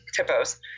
TIPOs